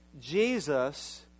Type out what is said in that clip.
Jesus